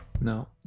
No